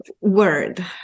word